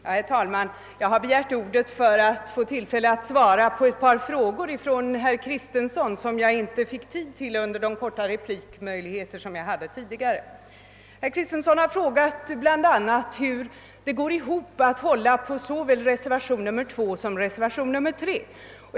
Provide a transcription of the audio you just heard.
Herr talman! Jag begärde ordet för att få tillfälle att svara på ett par frågor, som herr Kristenson ställde till mig och som jag inte fick tid att besvara under de korta repliker som tidigare stod till mitt förfogande. Herr Kristenson frågade bl a., hur det går ihop att hålla på såväl reservationen nr 2 som reservationen nr 3.